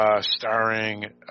starring